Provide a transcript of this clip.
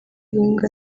imbwa